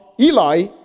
eli